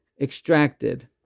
extracted